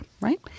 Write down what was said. right